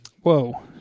Whoa